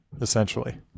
essentially